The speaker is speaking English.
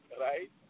Right